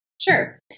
Sure